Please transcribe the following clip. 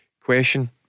question